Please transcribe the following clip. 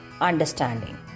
understanding